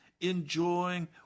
enjoying